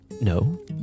No